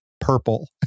purple